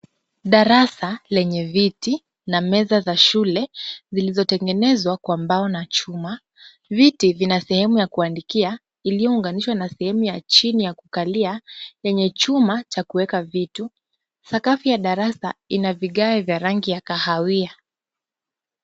Darasa lenye viti na meza za shule zilizotengenezwa kwa mbao na chuma. Viti vina sehemu ya kuandikia iliyounganishwa na sehemu ya chini ya kukalia yenye chuma cha kuweka vitu, sakafu ya darasa ina vigae vya rangi ya kahawia.